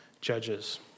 judges